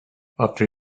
after